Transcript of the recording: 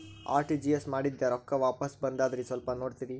RTGS ಮಾಡಿದ್ದೆ ರೊಕ್ಕ ವಾಪಸ್ ಬಂದದ್ರಿ ಸ್ವಲ್ಪ ನೋಡ್ತೇರ?